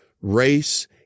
race